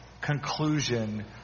conclusion